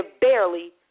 barely